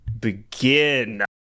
begin